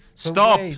Stop